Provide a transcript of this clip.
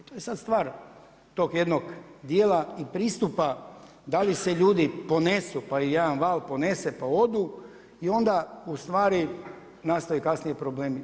I to je sada stvar tog jednog dijela i pristupa da li se ljudi ponesu pa ih jedan val ponese pa odu i onda ustvari nastaju kasnije problemi.